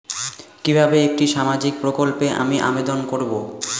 কিভাবে একটি সামাজিক প্রকল্পে আমি আবেদন করব?